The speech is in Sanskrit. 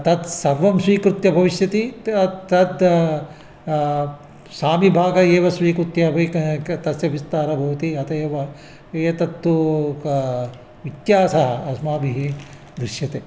तत् सर्वं स्वीकृत्य भविष्यति त तदा सामि बाग एव स्वीकुत्य विक् क् तस्य विस्तारः भवति अत एव ये तत्तु काः व्यत्यासाः अस्माभिः दृश्यन्ते